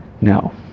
No